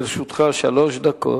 לרשותך שלוש דקות.